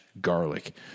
garlic